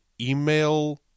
email